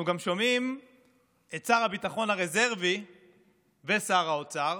אנחנו גם שומעים את שר הביטחון הרזרבי ושר האוצר